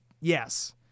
yes